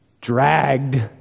dragged